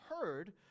heard